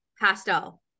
pastel